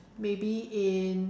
maybe in